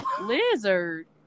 Lizard